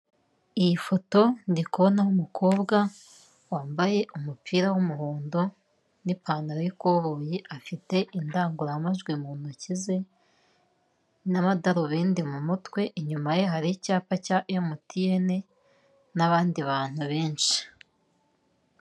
Iyi foto ndi kubonaho umukobwa wambaye umupira w'umuhondo n'ipantaro y'ikoboyi afite indangururamajwi mu ntoki ze, n'amadarubindi mu mutwe inyuma ye hari icyapa cya emutiyene n'abandi bantu benshi.